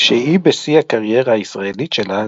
כשהיא בשיא הקריירה הישראלית שלה,